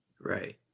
Right